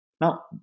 Now